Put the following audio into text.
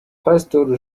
pasitori